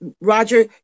Roger